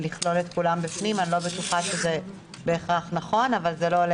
לא שמתי